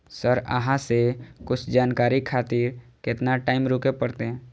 Sir अहाँ से कुछ जानकारी खातिर केतना टाईम रुके परतें?